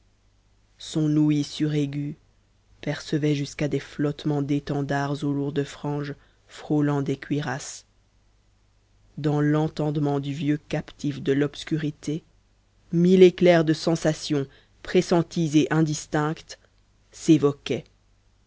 son ouïe suraiguë percevait jusqu'à des flottements d'étendards aux lourdes franges frôlant des cuirasses dans l'entendement du vieux captif de l'obscurité mille éclairs de sensations pressenties et indistinctes